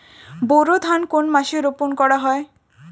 বোরো ধান কোন মাসে রোপণ করা হয়?